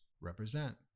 represent